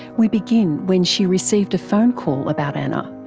we begin when she received a phone call about anna,